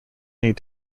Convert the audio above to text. need